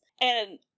and-